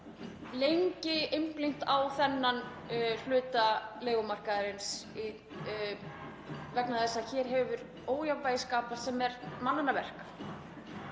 lengi einblínt á þennan hluta leigumarkaðarins vegna þess að hér hefur ójafnvægi skapast sem er mannanna verk.